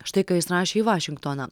štai ką jis rašė į vašingtoną